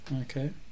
Okay